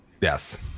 yes